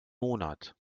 monat